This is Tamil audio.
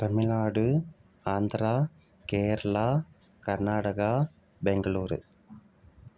தமிழ்நாடு ஆந்தரா கேரளா கர்நாடகா பெங்களூரு